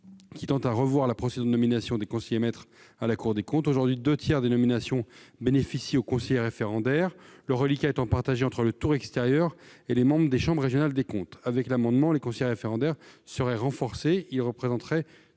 tend à revoir la procédure de nomination des conseillers maîtres à la Cour des comptes. Aujourd'hui, deux tiers des nominations bénéficient aux conseillers référendaires, le reliquat étant partagé entre le tour extérieur et les membres des chambres régionales des comptes. Avec l'adoption de l'amendement, les conseillers référendaires seraient renforcés pour représenter